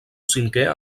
cinquè